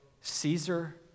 Caesar